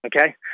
Okay